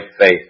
faith